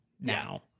Now